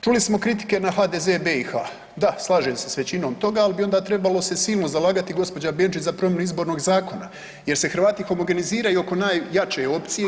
Čuli smo kritike na HDZ BiH, da, slažem se s većinom toga, ali bi onda trebalo se silno zalagati gospođa Benčić za promjenu izbornog zakona, jer se Hrvati homogeniziraju oko najjače opcije i